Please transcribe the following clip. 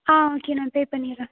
ஆ okay நான் pay பண்ணிடுறேன்